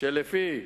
שלפי